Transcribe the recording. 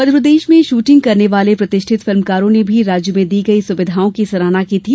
मध्य प्रदेश में शुटिंग करने वाले प्रतिष्ठित फिल्कारों ने भी राज्य में दी गई सुविधाओं की सराहना की थी